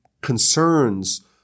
concerns